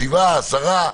שבעה, עשרה.